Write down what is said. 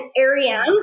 Ariane